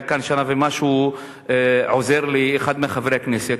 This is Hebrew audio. היה כאן שנה ומשהו עוזר לאחד מחברי הכנסת.